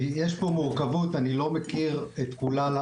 יש פה מורכבות,